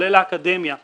כולל האקדמיה שקיימת,